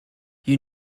you